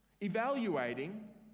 Evaluating